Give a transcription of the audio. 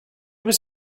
was